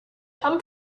come